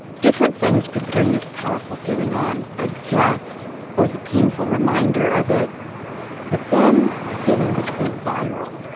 different things could bring this powerful feeling on a death or the painful reminder of it but then the feeling would go viral,